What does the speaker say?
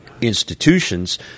institutions